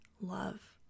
love